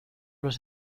los